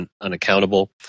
unaccountable